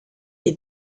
est